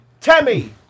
Tammy